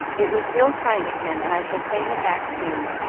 it was real kind of him, and i shall pay him back soon.